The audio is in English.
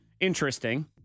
Interesting